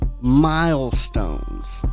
Milestones